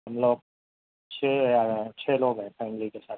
ہم لوگ چھ آیا ہے چھ لوگ ہیں فیملی کے ساتھ